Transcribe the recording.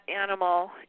animal